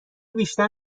بیشتر